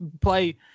play